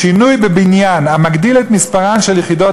שינוי בבניין המגדיל את מספרן של יחידות